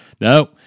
No